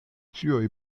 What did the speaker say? ĉiuj